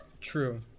True